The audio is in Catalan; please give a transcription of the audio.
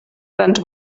grans